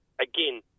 again